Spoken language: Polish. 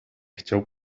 chciał